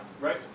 Right